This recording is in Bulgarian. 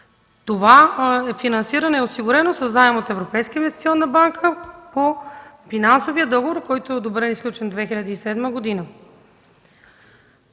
Това финансиране е осигурено със заем от Европейската инвестиционна банка по финансовия договор, който е одобрен и сключен през 2007 г.